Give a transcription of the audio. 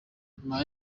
nyuma